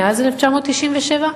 מאז 1997,